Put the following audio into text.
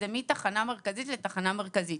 זה מתחנה מרכזית לתחנה מרכזית.